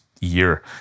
year